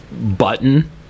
button